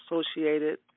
associated